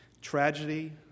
Tragedy